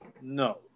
no